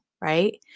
right